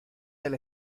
del